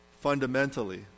fundamentally